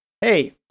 hey